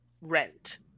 rent